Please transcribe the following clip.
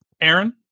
Aaron